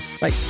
Bye